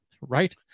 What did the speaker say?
right